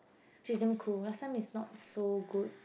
she's damn cool last time is not so good